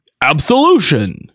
Absolution